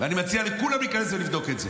ואני מציע לכולם להיכנס ולבדוק את זה.